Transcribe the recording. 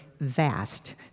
vast